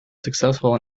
successful